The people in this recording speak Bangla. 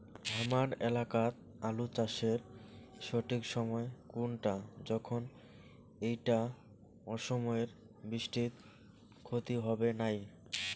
হামার এলাকাত আলু চাষের সঠিক সময় কুনটা যখন এইটা অসময়ের বৃষ্টিত ক্ষতি হবে নাই?